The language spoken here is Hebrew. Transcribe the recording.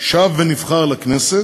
שב ונבחר לכנסת,